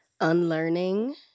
unlearning